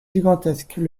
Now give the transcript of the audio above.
gigantesques